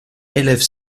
élève